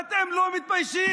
אתם לא מתביישים?